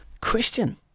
Christian